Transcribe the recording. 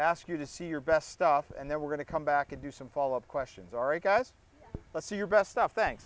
ask you to see your best stuff and then we're going to come back and do some follow up questions or i guess let's see your best